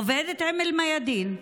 עובדת עם אל-מיאדין,